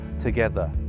together